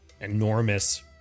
enormous